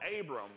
Abram